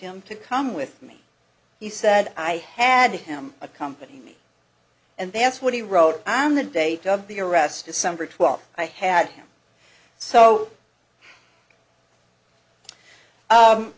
him to come with me he said i had him accompany me and that's what he wrote on the date of the arrest december twelfth i had him so